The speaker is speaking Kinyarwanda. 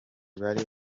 bari